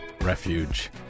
Refuge